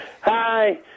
Hi